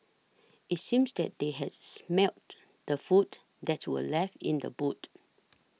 it's seemed that they has smelt the food that were left in the boot